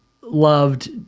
loved